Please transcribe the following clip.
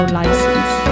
license